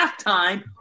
halftime